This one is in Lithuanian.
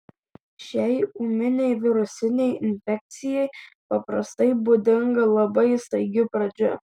šiai ūminei virusinei infekcijai paprastai būdinga labai staigi pradžia